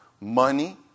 money